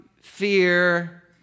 fear